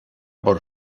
por